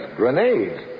grenades